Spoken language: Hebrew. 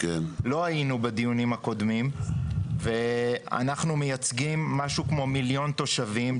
לא היינו בדיונים הקודמים ואנחנו מייצגים משהו כמו מיליון תושבים,